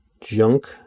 junk